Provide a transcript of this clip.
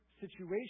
situation